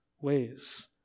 ways